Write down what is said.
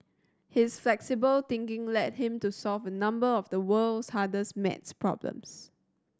his flexible thinking led him to solve a number of the world's hardest maths problems